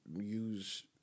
use